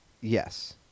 Yes